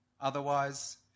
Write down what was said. Otherwise